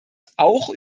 auch